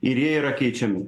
ir jie yra keičiami